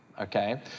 Okay